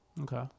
Okay